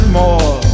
more